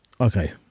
Okay